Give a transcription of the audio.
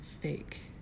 fake